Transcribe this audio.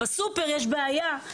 בסופר יש בעיה.